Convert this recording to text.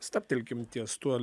stabtelkim ties tuo